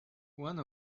one